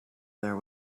there